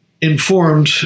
informed